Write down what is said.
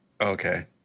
Okay